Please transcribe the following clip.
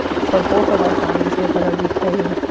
for both of our families, we're going to reclaim